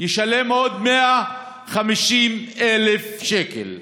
ישלם עוד 150,000 שקל,